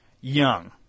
young